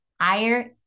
Higher